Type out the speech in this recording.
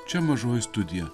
čia mažoji studija